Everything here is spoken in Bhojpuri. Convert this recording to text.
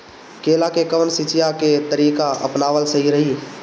केला में कवन सिचीया के तरिका अपनावल सही रही?